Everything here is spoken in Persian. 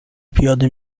پیاده